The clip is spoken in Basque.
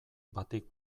batik